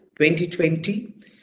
2020